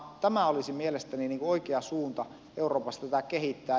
tämä olisi mielestäni oikea suunta euroopassa tätä kehittää